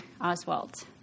Oswald